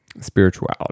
Spirituality